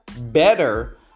better